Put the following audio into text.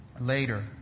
later